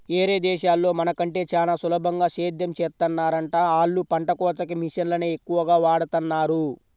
యేరే దేశాల్లో మన కంటే చానా సులభంగా సేద్దెం చేత్తన్నారంట, ఆళ్ళు పంట కోతకి మిషన్లనే ఎక్కువగా వాడతన్నారు